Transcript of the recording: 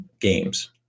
games